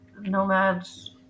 nomads